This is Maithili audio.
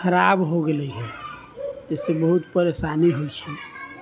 खराब हो गेलै हँ इससे बहुत परेशानी होइत छै